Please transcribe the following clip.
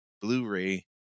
Blu-ray